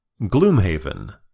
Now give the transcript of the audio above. Gloomhaven